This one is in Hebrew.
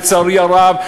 לצערי הרב,